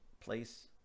place